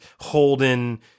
Holden